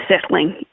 settling